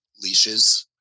leashes